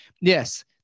yes